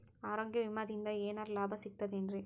ಆರೋಗ್ಯ ವಿಮಾದಿಂದ ಏನರ್ ಲಾಭ ಸಿಗತದೇನ್ರಿ?